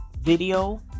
video